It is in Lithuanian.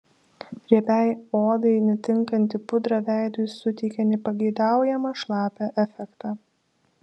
riebiai odai netinkanti pudra veidui suteikia nepageidaujamą šlapią efektą